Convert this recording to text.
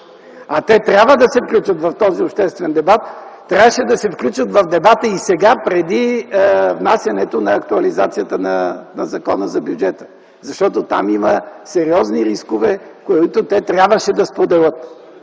А те трябва да се включат в този обществен дебат. Трябваше да се включат в дебата и сега, преди внасянето на актуализацията на Закона за бюджета, защото там има сериозни рискове, които те трябваше да споделят.